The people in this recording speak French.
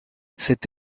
cette